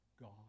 God